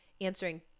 answering